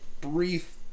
brief